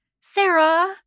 Sarah